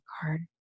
card